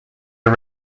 are